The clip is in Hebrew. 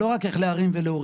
לא רק איך להרים ולהוריד.